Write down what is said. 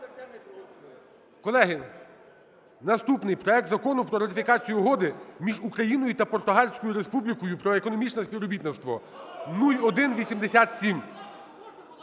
Колеги, наступний проект Закону про ратифікацію Угоди між Україною та Португальською Республікою про економічне співробітництво (0187).